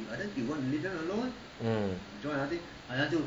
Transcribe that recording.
mm